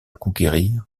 conquérir